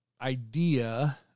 idea